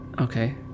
Okay